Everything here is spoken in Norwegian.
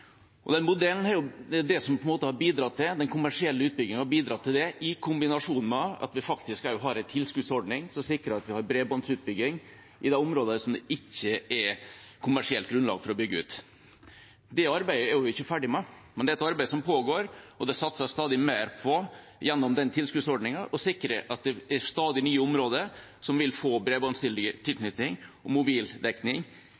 kombinasjon med at vi også har en tilskuddsordning som sikrer at vi har bredbåndsutbygging i de områdene det ikke er kommersielt grunnlag for å bygge ut. Det arbeidet er vi ikke ferdig med. Men det er et arbeid som pågår, og gjennom den tilskuddsordningen satses det stadig mer på å sikre at det er stadig nye områder som vil få